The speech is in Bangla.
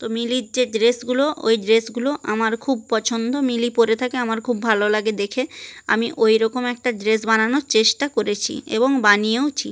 তো মিলির যে ড্রেসগুলো ওই ড্রেসগুলো আমার খুব পছন্দ মিলি পরে থাকে আমার খুব ভালো লাগে দেখে আমি ওই রকম একটা ড্রেস বানানোর চেষ্টা করেছি এবং বানিয়েওছি